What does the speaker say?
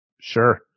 Sure